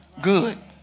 Good